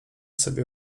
sobie